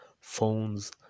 Phones